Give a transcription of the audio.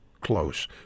close